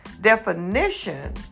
definition